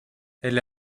elle